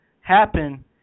happen